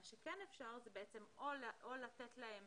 מה שכן אפשר זה או לתת להם